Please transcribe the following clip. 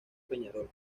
peñarol